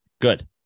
Good